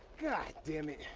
god damn it.